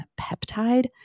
peptide